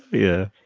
yeah,